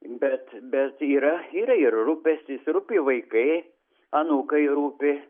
bet bet yra yra ir rūpestis rūpi vaikai anūkai rūpi